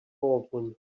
baldwin